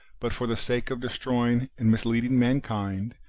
but for the sake of destroying and misleading mankind,